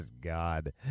God